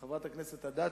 חברת הכנסת אדטו,